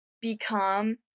become